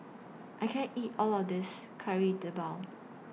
I can't eat All of This Kari Debal